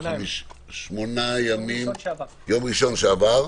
ראשון שעבר,